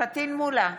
פטין מולא,